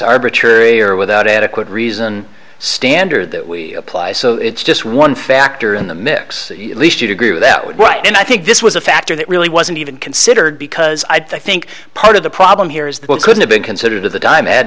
arbitrary or without adequate reason standard that we apply so it's just one factor in the mix at least you'd agree with that would and i think this was a factor that really wasn't even considered because i think part of the problem here is that what could've been considered to the dime had